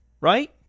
right